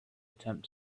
attempt